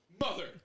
Mother